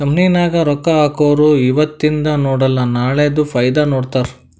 company ನಾಗ್ ರೊಕ್ಕಾ ಹಾಕೊರು ಇವತಿಂದ್ ನೋಡಲ ನಾಳೆದು ಫೈದಾ ನೋಡ್ತಾರ್